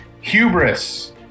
hubris